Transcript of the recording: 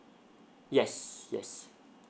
yes yes